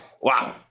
Wow